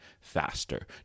faster